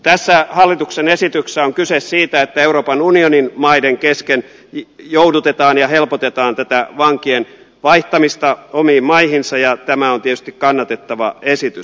tässä hallituksen esityksessä on kyse siitä että euroopan unionin maiden kesken joudutetaan ja helpotetaan tätä vankien vaihtamista omiin maihinsa ja tämä on tietysti kannatettava esitys